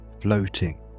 floating